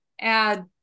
add